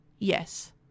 Yes